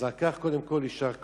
אז על כך, קודם כול יישר כוח.